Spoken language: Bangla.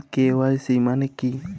কে.ওয়াই.সি মানে কী?